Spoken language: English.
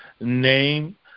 name